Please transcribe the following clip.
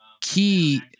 key